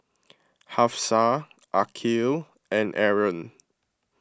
Hafsa Aqil and Aaron